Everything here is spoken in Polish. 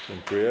Dziękuję.